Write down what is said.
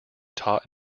taught